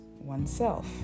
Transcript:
oneself